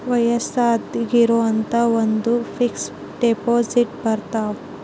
ವಯಸ್ಸಾದೊರ್ಗೆ ಅಂತ ಒಂದ ಫಿಕ್ಸ್ ದೆಪೊಸಿಟ್ ಬರತವ